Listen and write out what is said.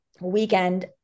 weekend